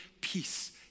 peace